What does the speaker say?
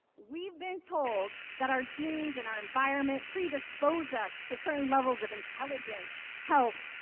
we've been told that our genes and our environment predispose us to certain levels of intelligence, health,